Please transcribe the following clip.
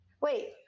wait